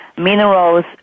minerals